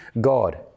God